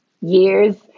years